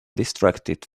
distracted